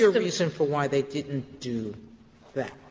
your reason for why they didn't do that.